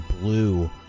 blue